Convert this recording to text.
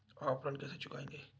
आप ऋण कैसे चुकाएंगे?